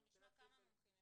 אנחנו נשמע כמה מומחים.